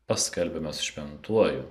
paskelbiamas šventuoju